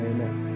Amen